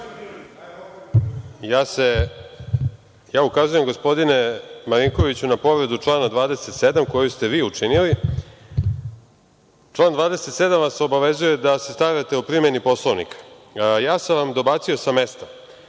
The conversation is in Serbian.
Ja ukazujem, gospodine Marinkoviću na povredu člana 27. koji ste vi učinili. Član 27. vas obavezuje da se strate o primeni Poslovnika. Ja sam vam dobacio sa mesta.